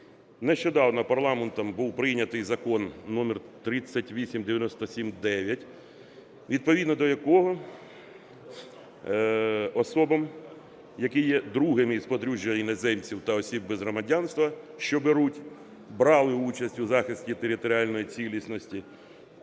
Нещодавно парламентом був прийнятий Закон номер 3897-ІХ, відповідно до якого особам, які є другими із подружжя іноземців та осіб без громадянства, що беруть (брали) участь у захисті територіальної цілісності